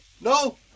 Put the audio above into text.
No